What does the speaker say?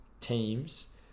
teams